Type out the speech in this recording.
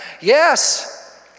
Yes